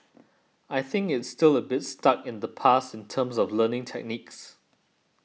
I think it's still a bit stuck in the past in terms of learning techniques